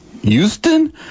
Houston